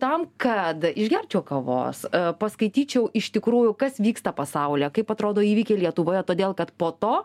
tam kad išgerčiau kavos paskaityčiau iš tikrųjų kas vyksta pasaulyje kaip atrodo įvykiai lietuvoje todėl kad po to